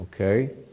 Okay